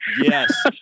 Yes